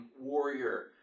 warrior